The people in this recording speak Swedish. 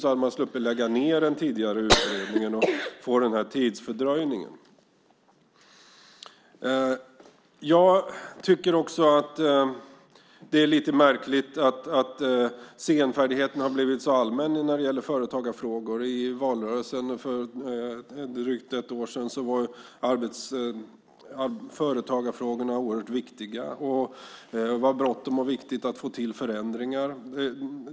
Då hade man sluppit att lägga ned den tidigare utredningen och få den här fördröjningen. Jag tycker att det är lite märkligt att senfärdigheten har blivit så allmän när det gäller företagarfrågor. I valrörelsen för drygt ett år sedan var företagarfrågorna oerhört viktiga. Det var bråttom och viktigt att få till förändringar.